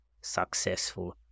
successful